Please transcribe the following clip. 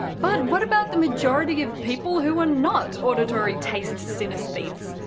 but what about the majority of people who are not auditory-taste synesthetes?